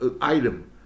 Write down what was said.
item